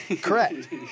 Correct